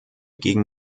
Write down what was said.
gegen